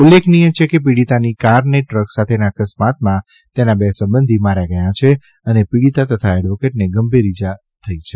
ઉલ્લેખનીય છે કે પીડીતાની કારને ટ્રક સાથેના અકસ્માતમાં તેના બે સંબંધી માર્યા ગયા છે અને પીડીતા તથા એડવોકેટને ગંભીર ઇજાઓ થઇ છે